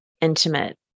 intimate